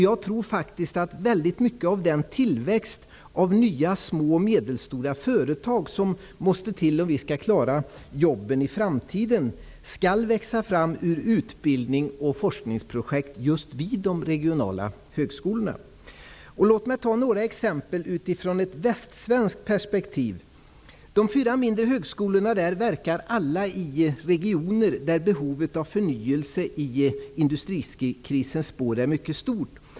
Jag tror att mycket av den tillväxt av nya små och medelstora företag som måste till om jobben skall klaras i framtiden skall växa fram ur utbildnings och forskningsprojekt just vid de regionala högskolorna. Låt mig ge några exempel med utgångspunkt i ett västsvenskt perspektiv. De fyra mindre högskolorna där verkar alla i regioner där behovet av förnyelse i industrikrisens spår är mycket stort.